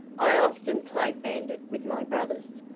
i often played bandit with my brothers,